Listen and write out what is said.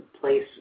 place